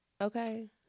Okay